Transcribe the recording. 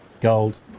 Gold